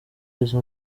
izi